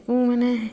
একো মানে